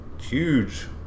huge